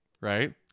right